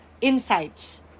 insights